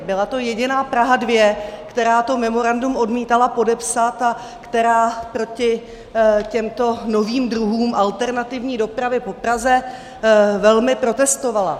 Byla to jediná Praha 2, která to memorandum odmítala podepsat a která proti těmto novým druhům alternativní dopravy po Praze velmi protestovala.